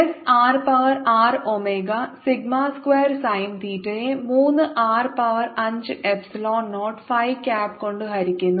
S R power 6 omega sigma square sine തീറ്റയെ 3 r power 5 epsilon naught phi cap കൊണ്ട് ഹരിക്കുന്നു